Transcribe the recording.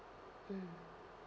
mm